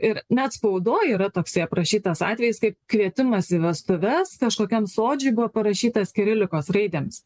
ir net spaudoj yra toksai aprašytas atvejis kai kvietimas į vestuves kažkokiam sodžiuj buvo parašytas kirilikos raidėmis